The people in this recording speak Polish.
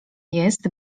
jest